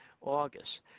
August